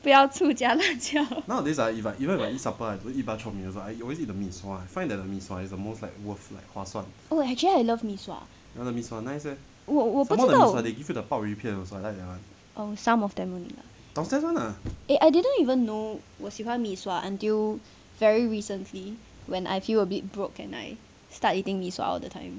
不要醋加辣椒 oh I actually love mee sua 我不知道 oh some of them only lah eh I didn't even know 我喜欢 mee sua until very recently when I feel a bit broke and I start eating mee sua all the time